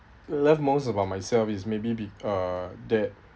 love most about myself is maybe be a dad